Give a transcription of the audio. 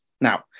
Now